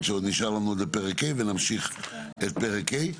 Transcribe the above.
שעוד נשאר לנו לפרק ה' ונמשיך את פרק ה'.